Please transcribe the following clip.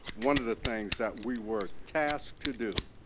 one of the things that we were tasked to do,